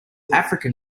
african